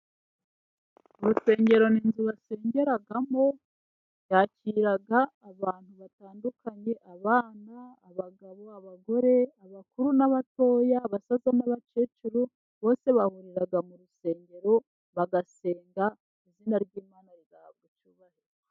Urusengero ni inzu basengeramo, yakira abantu batandukanye abana, abagabo, abagore, abakuru n'abatoya, abasaza n'abakecuru, bose bahurira mu rusengero bagasenga, izina ry'Imana rigahabwa icyubahiro.